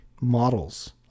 models